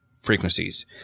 frequencies